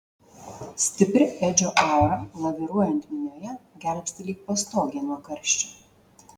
stipri edžio aura laviruojant minioje gelbsti lyg pastogė nuo karščio